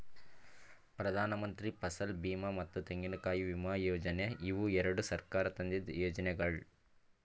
ಪ್ರಧಾನಮಂತ್ರಿ ಫಸಲ್ ಬೀಮಾ ಮತ್ತ ತೆಂಗಿನಕಾಯಿ ವಿಮಾ ಯೋಜನೆ ಇವು ಎರಡು ಸರ್ಕಾರ ತಂದಿದ್ದು ಯೋಜನೆಗೊಳ್